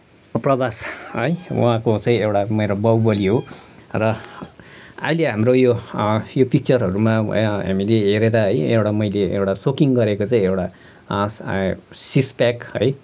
प्रभास है उहाँको चाहिँ एउटा मेरो बाहुबली हो र अहिले हाम्रो यो यो पिक्चरहरूमा हामीले हेरेर है एउटा मैले एउटा सोकिङ गरेको चाहिँ एउटा सिक्सप्याक है